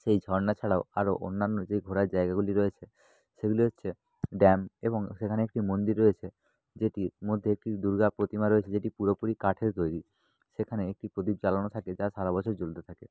সেই ঝর্ণা ছাড়াও আরও অন্যান্য যে ঘোরার জায়গাগুলি রয়েছে সেগুলো হচ্ছে ড্যাম এবং সেখানে একটি মন্দির রয়েছে যেটির মধ্যে একটি দুর্গা প্রতিমা রয়েছে যেটি পুরোপুরি কাঠের তৈরি সেখানে একটি প্রদীপ জ্বালানো থাকে যা সারা বছর জ্বলতে থাকে